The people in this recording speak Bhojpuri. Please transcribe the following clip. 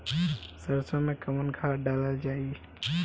सरसो मैं कवन खाद डालल जाई?